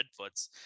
redfoots